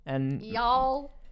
Y'all